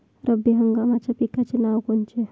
रब्बी हंगामाच्या पिकाचे नावं कोनचे?